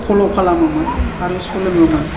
फल' खालामोमोन आरो सोलोङोमोन